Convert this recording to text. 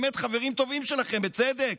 באמת חברים טובים שלכם, בצדק,